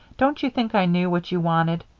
don't you think i knew what you wanted?